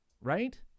right